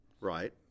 right